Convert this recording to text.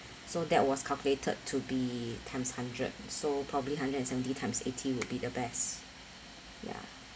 so that was calculated to be times hundred so probably hundred and seventy times eighty would be the best ya